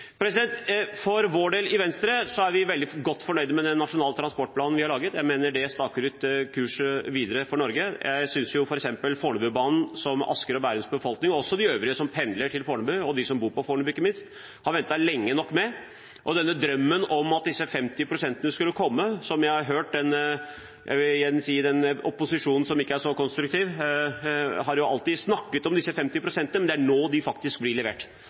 I Venstre er vi for vår del veldig godt fornøyd med den nasjonale transportplanen vi har laget. Jeg mener den staker ut kursen videre for Norge. Ta f.eks. Fornebubanen, som Asker og Bærums befolkning – og også de øvrige som pendler til Fornebu, og ikke minst de som bor der – har ventet lenge nok på. Og når det gjelder denne drømmen om at disse 50 pst. skulle komme, som jeg har hørt hvordan det jeg igjen vil kalle den opposisjonen som ikke er så konstruktiv, alltid har snakket om, er det nå de faktisk blir levert.